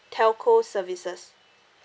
telco services